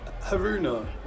Haruna